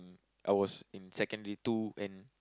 I was in secondary two and